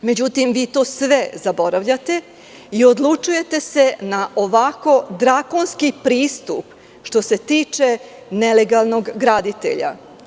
Međutim, vi to sve zaboravljate i odlučujete se na ovako drakonski pristup, što se tiče nelegalnog graditelja.